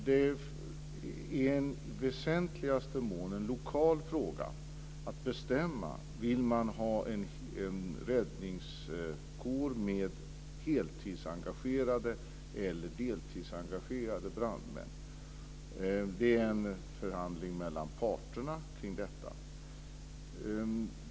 Det är i väsentligaste mån en lokal fråga att bestämma om man vill ha en räddningskår med heltidsengagerade eller deltidsengagerade brandmän. Det är en förhandling mellan parterna kring detta.